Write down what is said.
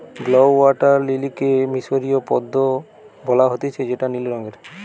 blue water লিলিকে মিশরীয় পদ্ম ও বলা হতিছে যেটা নীল রঙের